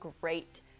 great